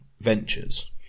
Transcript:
ventures